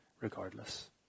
regardless